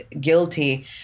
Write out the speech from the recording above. guilty